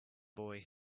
boy